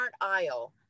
aisle